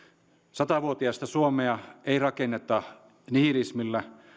sata vuotiasta suomea ei rakenneta nihilismillä